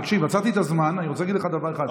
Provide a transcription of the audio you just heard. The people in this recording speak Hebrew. תקשיב, עצרתי את הזמן, אני רוצה להגיד לך דבר אחד.